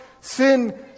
sin